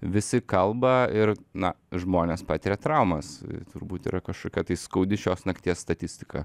visi kalba ir na žmonės patiria traumas turbūt yra kažkokia tai skaudi šios nakties statistika